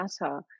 Matter